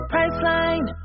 Priceline